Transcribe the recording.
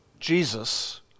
Jesus